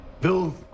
Bill